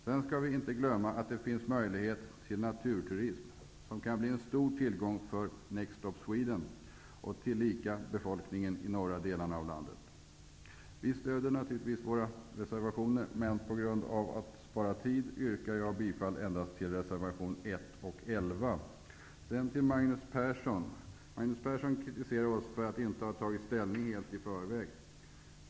Vi skall vidare inte glömma att det finns möjlighet till naturturism, som kan bli en stor tillgång för Vi stödjer naturligtvis våra reservationer, men för att spara tid i kammaren yrkar jag endast bifall till reservationerna 1 och 11. Magnus Persson kritiserar oss i Ny demokrati för att inte helt ha tagit ställning i förväg.